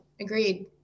agreed